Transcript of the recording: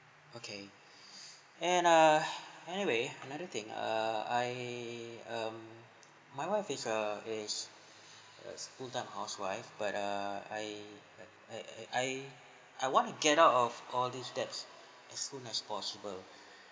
okay and uh anyway another thing err I um my wife is a is a full time housewife but err I I I I I want to get out of all these debts as soon as possible